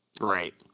Right